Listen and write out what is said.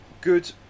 Good